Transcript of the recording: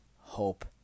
hope